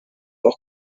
auch